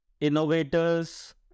innovators